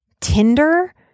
Tinder